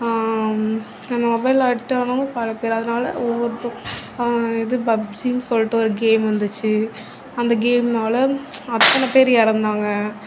இந்த மொபைலில் அடிக்ட் ஆனவங்க பலப்பேர் அதனால ஒவ்வொருத்த இது பப்ஜின்னு சொல்ட்டு ஒரு கேம் வந்துச்சு அந்த கேம்னால அத்தனப்பேர் இறந்தாங்க